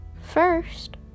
first